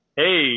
Hey